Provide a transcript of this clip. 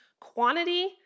Quantity